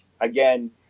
again